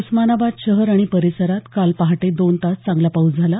उस्मानाबाद शहर आणि परिसरात काल पहाटे दोन तास चांगला पाऊस झाला